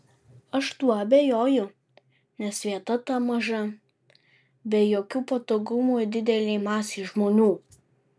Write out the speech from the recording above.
aš tuo abejoju nes vieta ta maža be jokių patogumų didelei masei žmonių